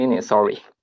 Sorry